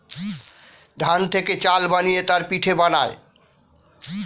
ধান থেকে চাল বানিয়ে তার পিঠে বানায়